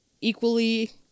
equally